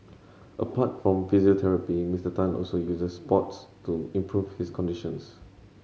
apart from physiotherapy Mister Tan also uses sports to improve his conditions